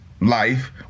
life